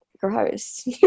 gross